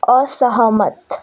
असहमत